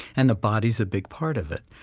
and the body is a big part of it.